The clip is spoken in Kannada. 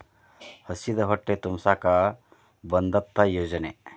ಹಸಿದ ಹೊಟ್ಟೆ ತುಂಬಸಾಕ ಬಂದತ್ತ ಯೋಜನೆ